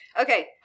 Okay